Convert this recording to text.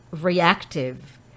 reactive